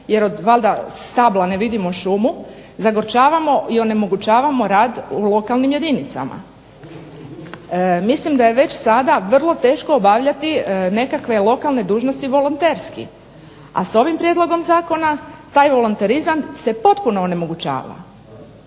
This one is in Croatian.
jer od stabla ne vidimo šumu, zagorčavamo i onemogućavamo rad lokalnih jedinica. Mislim da je već sada vrlo teško obavljati nekakve lokalne dužnosti volonterski. A s ovim prijedlogom zakona taj volonterizam se potpuno onemogućava.